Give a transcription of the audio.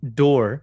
door